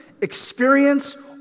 experience